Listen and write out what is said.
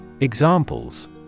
Examples